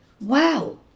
Wow